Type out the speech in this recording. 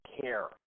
care